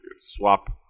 Swap